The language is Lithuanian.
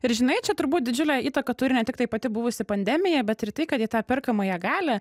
ir žinai čia turbūt didžiulę įtaką turi ne tiktai pati buvusi pandemija bet ir tai kad į tą perkamąją galią